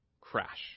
crash